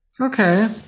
Okay